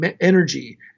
energy